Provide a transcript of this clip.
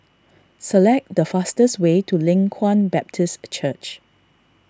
select the fastest way to Leng Kwang Baptist Church